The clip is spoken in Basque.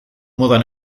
modan